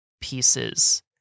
pieces